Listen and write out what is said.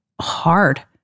hard